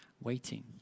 waiting